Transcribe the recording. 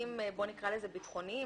היבטים ביטחוניים.